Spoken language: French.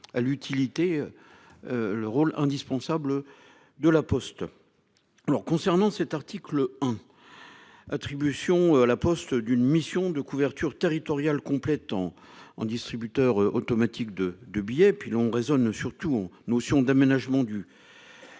à l'utilité. Le rôle indispensable de la Poste. Alors concernant cet article 1. Attribution La Poste d'une mission de couverture territoriale complétant en distributeur automatique de de billets puis l'on raisonne surtout en notion d'aménagement du.